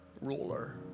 ruler